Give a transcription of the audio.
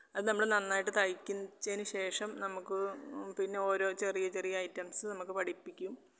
അത് നമ്മൾ നന്നായിട്ട് തയ്ച്ചതിന് ശേഷം നമുക്ക് പിന്നെ ഓരോ ചെറിയ ചെറിയ ഐറ്റംസ്സ് നമുക്ക് പഠിപ്പിക്കും